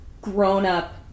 grown-up